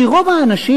כי רוב האנשים,